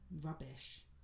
rubbish